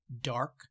dark